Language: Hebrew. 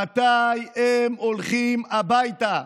מתי הם הולכים הביתה?